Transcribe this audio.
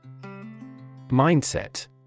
Mindset